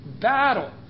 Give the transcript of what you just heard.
battle